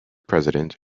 president